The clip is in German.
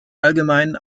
allgemeinen